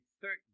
certain